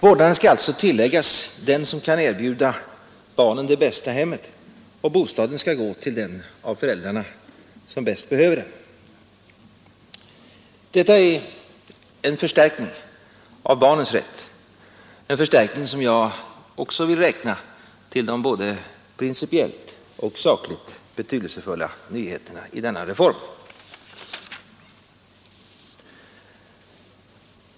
Vårdnaden skall alltså tilläggas den som kan erbjuda barnen det bästa den. Detta är en förstärkning av barnens rätt, en förstärkning som jag också vill räkna till de både principiellt och sakligt betydelsefulla reglerna i denna reform.